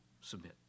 submit